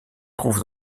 trouve